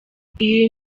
iyi